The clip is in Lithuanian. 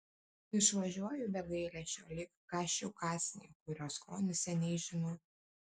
išvažiuoju be gailesčio lyg kąsčiau kąsnį kurio skonį seniai žinau